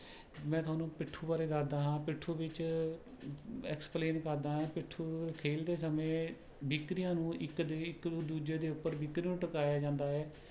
ਮੈਂ ਤੁਹਾਨੂੰ ਪਿੱਠੂ ਬਾਰੇ ਦੱਸਦਾ ਹਾਂ ਪਿੱਠੂ ਵਿੱਚ ਐਕਸਪਲੇਨ ਕਰਦਾਂ ਹਾਂ ਪਿੱਠੂ ਖੇਡਦੇ ਸਮੇਂ ਬਿੱਕਰੀਆਂ ਨੂੰ ਇੱਕ ਦੇ ਇੱਕ ਨੂੰ ਦੂਜੇ ਦੇ ਉੱਪਰ ਬਿੱਕਰੀ ਨੂੰ ਟਿਕਾਇਆ ਜਾਂਦਾ ਹੈ